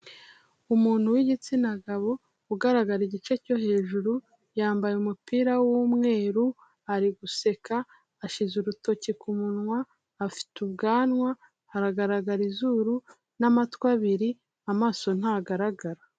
Umuntu w'igitsina gabo, ugaragara igice cyo hejuru, yambaye umupira w'umweru, ari guseka, ashyize urutoki ku munwa, afite ubwanwa, hagaragara izuru n'amatwi abiri, amaso ntagaragara.